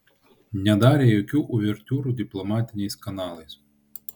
nedarė jokių uvertiūrų diplomatiniais kanalais